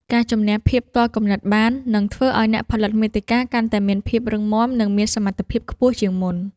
ការជម្នះភាពទាល់គំនិតបាន នឹងធ្វើឱ្យអ្នកផលិតមាតិកាកាន់តែមានភាពរឹងមាំ និងមានសមត្ថភាពខ្ពស់ជាងមុន។